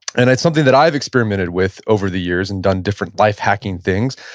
and it's something that i've experimented with over the years and done different life hacking things.